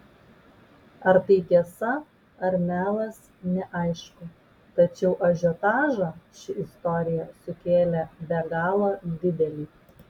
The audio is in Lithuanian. ar tai tiesa ar melas neaišku tačiau ažiotažą ši istorija sukėlė be galo didelį